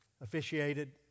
officiated